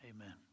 amen